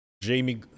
jamie